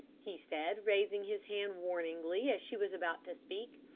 he said, raising his hand warningly as she was about to speak.